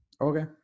Okay